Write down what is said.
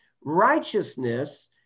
righteousness